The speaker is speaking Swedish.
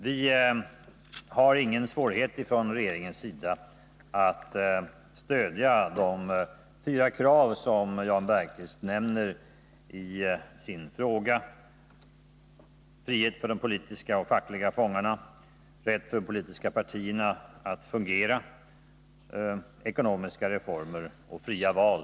Vi har ingen svårighet från regeringens sida att stödja de fyra krav som Jan Bergqvist nämner i sin fråga: frihet för de politiska och fackliga fångarna, rätt för de politiska partierna att fungera, ekonomiska reformer samt fria val.